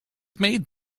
made